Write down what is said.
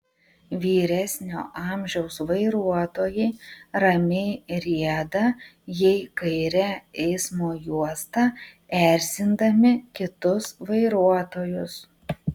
vyresnio amžiaus vairuotojai ramiai rieda jei kaire eismo juosta erzindami kitus vairuotojus